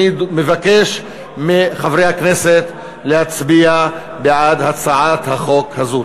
אני מבקש מחברי הכנסת להצביע בעד הצעת החוק הזאת.